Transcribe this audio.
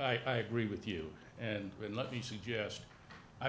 i agree with you and let me suggest i've